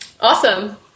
Awesome